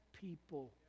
people